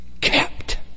Kept